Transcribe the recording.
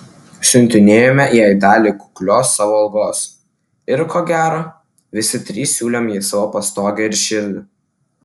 siuntinėjome jai dalį kuklios savo algos ir ko gero visi trys siūlėm jai savo pastogę ir širdį